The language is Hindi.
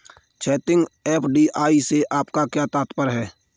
क्षैतिज, एफ.डी.आई से आपका क्या तात्पर्य है?